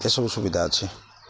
ଏସବୁ ସୁବିଧା ଅଛି